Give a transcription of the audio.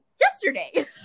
yesterday